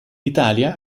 italia